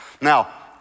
Now